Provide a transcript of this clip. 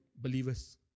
believers